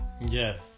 Yes